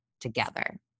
together